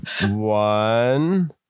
one